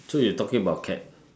so you talking about cat